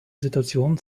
situation